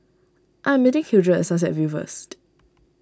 I am meeting Hildred at Sunset View first